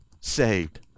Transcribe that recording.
saved